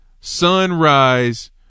sunrise